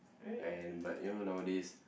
and but you know nowadays